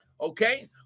Okay